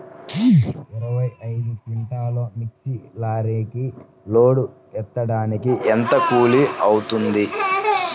ఇరవై ఐదు క్వింటాల్లు మిర్చి లారీకి లోడ్ ఎత్తడానికి ఎంత కూలి అవుతుంది?